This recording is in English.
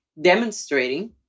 demonstrating